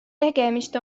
tegemist